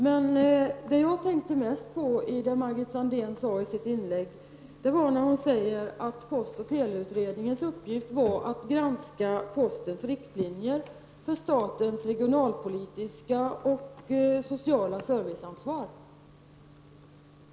Men det som jag tänkte mest på i Margit Sandéhns inlägg var hennes uttalande att postoch teleutredningens uppgift är att granska postens riktlinjer för statens regionalpolitiska och sociala serviceansvar.